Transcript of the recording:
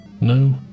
No